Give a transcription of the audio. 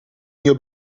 mio